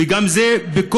וגם זה בקושי,